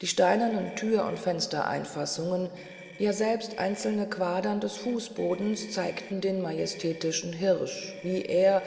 die steinernen thür und fenstereinfassungen ja selbst einzelne quadern des fußbodens zeigten den majestätischen hirsch wie er